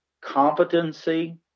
competency